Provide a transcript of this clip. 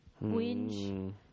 Winch